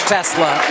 Tesla